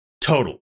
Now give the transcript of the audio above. Total